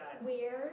Weird